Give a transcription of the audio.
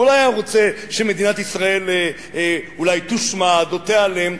הוא לא היה רוצה שמדינת ישראל אולי תושמד או תיעלם.